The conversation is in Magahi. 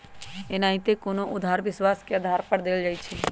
एनाहिते कोनो उधार विश्वास के आधार पर देल जाइ छइ